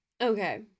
Okay